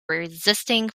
resisting